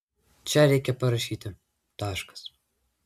čia reikia parašyti taškas